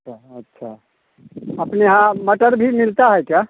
अच्छा अच्छा अपने यहाँ मटर भी मिलता है क्या